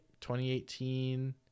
2018